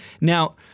Now